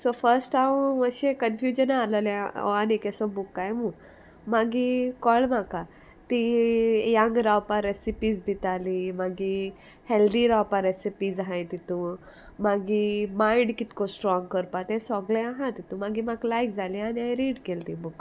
so first हांव मातशें confusion आल्हलें हो आनी एक असो बुक कांय मू मागी कळ्ळें म्हाका ती यांग रावपा रेसिपीज दिताली मागी हेल्दी रावपा रेसिपीज आहाय तितू मागी मायंड कितको स्ट्रोंग करपा तें सोगलें आहा तितूं मागीर म्हाक लायक जालें आनी हांयें रीड केली तीं बूक